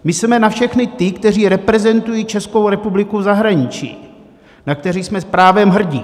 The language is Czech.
Mysleme na všechny ty, kteří reprezentují Českou republiku v zahraničí, na které jsme právem hrdi.